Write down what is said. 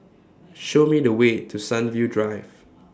Show Me The Way to Sunview Drive